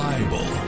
Bible